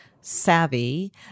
Savvy